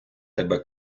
тебе